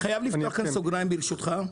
חייב לפתוח כאן סוגריים ברשותך.